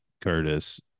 Curtis